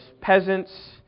peasants